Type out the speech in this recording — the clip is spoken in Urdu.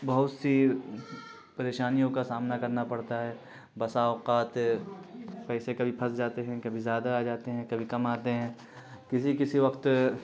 بہت سی پریشانیوں کا سامنا کرنا پڑتا ہے بسا اوقات پیسے کبھی پھس جاتے ہیں کبھی زیادہ آ جاتے ہیں کبھی کم آتے ہیں کسی کسی وقت